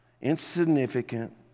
insignificant